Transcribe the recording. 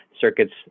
circuits